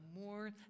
more